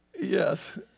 Yes